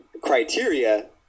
criteria